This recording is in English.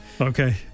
Okay